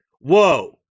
whoa